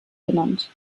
genannt